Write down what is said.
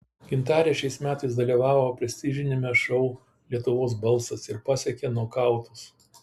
gintarė šiais metais dalyvavo prestižiniame šou lietuvos balsas ir pasiekė nokautus